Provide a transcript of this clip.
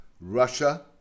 Russia